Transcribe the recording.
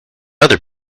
other